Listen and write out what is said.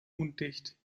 undicht